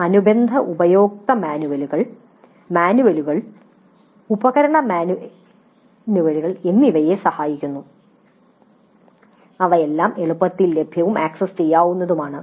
" അനുബന്ധ ഉപയോക്ത മാനുവലുകൾ മാനുവലുകൾ ഉപകരണമാനുവലുകൾ എന്നിവയെ സഹായിക്കുന്നു അവയെല്ലാം എളുപ്പത്തിൽ ലഭ്യവും ആക്സസ് ചെയ്യാവുന്നതുമാണ്